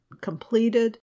completed